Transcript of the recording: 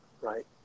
right